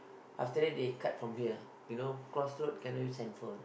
after that they cut from here you know cross road cannot use handphone